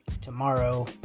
tomorrow